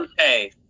Okay